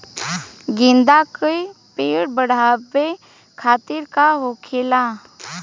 गेंदा का पेड़ बढ़अब खातिर का होखेला?